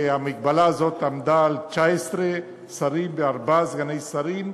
המגבלה הזו עמדה על 19 שרים וארבעה סגני שרים.